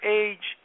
age